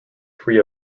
free